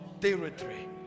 territory